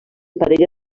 parella